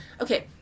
Okay